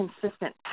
consistent